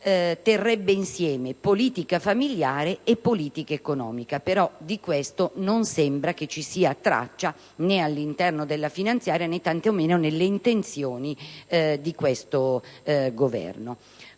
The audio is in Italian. terrebbe insieme politica familiare e politica economica, però di questo non sembra ci sia traccia né all'interno della finanziaria né tantomeno nelle intenzioni di questo Governo.